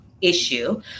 issue